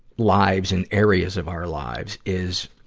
lives and areas of our lives is,